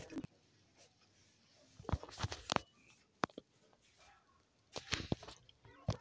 दुनिया के कुछु सबसे प्रसिद्ध पनीर मूल रूप से भेड़ी के दूध से बनैलो गेलो रहै